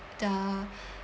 the